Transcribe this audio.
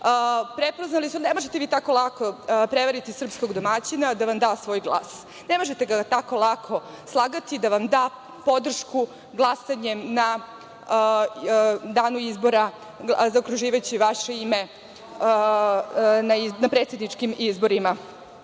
prepoznali. Ne možete vi tako lako prevariti srpskog domaćina da vam da svoj glas. Ne možete ga tako lako slagati da vam da podršku glasanjem na dan izbora, zaokružujući ime na predsedničkim izborima.